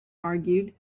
argued